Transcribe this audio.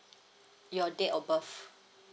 your date of birth